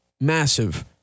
massive